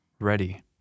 ready